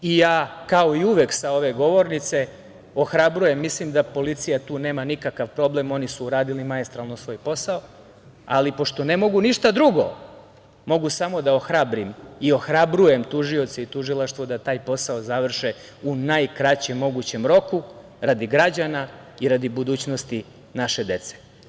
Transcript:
Ja kao i uvek sa ove govornice ohrabrujem, mislim da policija tu nema nikakav problem, oni su uradili maestralno svoj posao, ali pošto ne mogu ništa drugo, mogu samo da ohrabrim i ohrabrujem tužioce i tužilaštvo da taj posao završe u najkraćem mogućem roku radi građana i radi budućnosti naše dece.